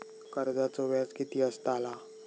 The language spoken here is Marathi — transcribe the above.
कर्जाचो व्याज कीती असताला?